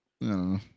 No